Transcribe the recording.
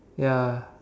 ya